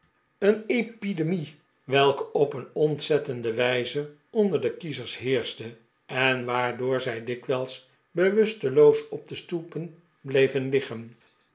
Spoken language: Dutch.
een epidemie welke op een ontzettende wijze onder de kiezers heerschte en waardoor zij dikwijls bewusteloos op de stoepen bleven